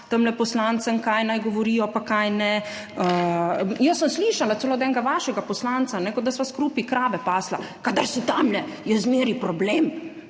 tamle poslancem, kaj naj govorijo pa česa ne. Sem slišala celo od enega vašega poslanca, kot da sva skupaj krave pasla: »Kadar si tamle, je zmeraj problem.«